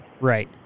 Right